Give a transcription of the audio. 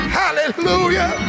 hallelujah